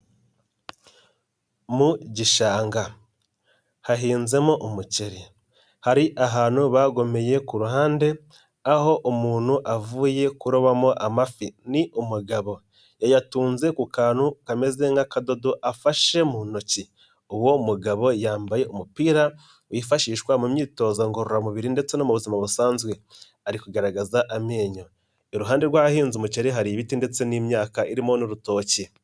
Mu gishanga, hahinzemo umuceri hari ahantu bagomeye ku ruhande aho umuntu avuye kurobamo amafi, ni umugabo yayatunze ku kantu kameze nk'akadodo afashe mu ntoki, uwo mugabo yambaye umupira wifashishwa mu myitozo ngororamubiri ndetse no mu buzima busanzwe, ari kugaragaza amenyo, iruhande rw'abahinzi umuceri hari ibiti ndetse n'imyaka irimo n'urutoki.